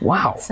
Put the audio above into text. Wow